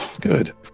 Good